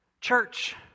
Church